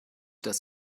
dass